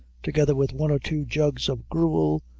together with one or two jugs of gruel,